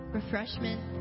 refreshment